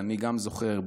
אני גם זוכר,